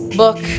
book